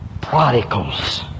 prodigals